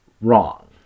wrong